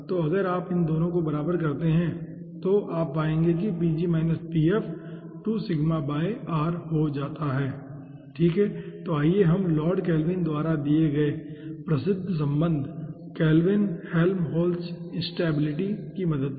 तो अगर हम इन दोनों बराबर करते हैं तो आप पाएंगे कि 2σr हो जाता है ठीक है तो आइए हम लॉर्ड केल्विन द्वारा दिए गए प्रसिद्ध सम्बन्ध केल्विन हेल्महोल्ट्ज़ इंस्ताबिलिटी की मदद लें